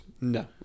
No